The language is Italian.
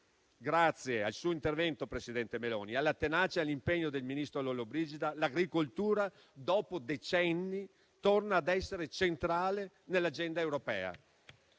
Grazie al suo intervento, presidente Meloni, alla tenacia e all'impegno del ministro Lollobrigida, l'agricoltura dopo decenni torna ad essere centrale nell'agenda europea.